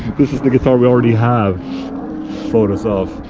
this is the guitar we already have photos of.